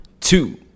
two